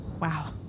Wow